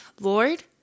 Lord